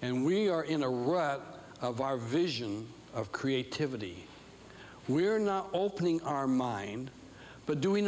and we are in a rut of our vision of creativity we're not opening our mind but do we